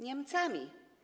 Niemcami.